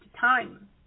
time